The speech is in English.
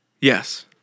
Yes